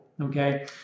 okay